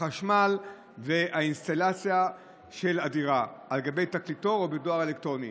החשמל והאינסטלציה של הדירה על גבי תקליטור או בדואר אלקטרוני.